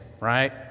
right